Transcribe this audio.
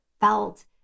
felt